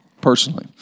personally